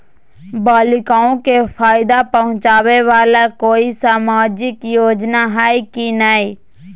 बालिकाओं के फ़ायदा पहुँचाबे वाला कोई सामाजिक योजना हइ की नय?